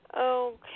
Okay